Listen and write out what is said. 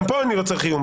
גם כאן אני לא צריך איום.